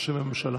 בשם הממשלה.